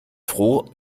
froh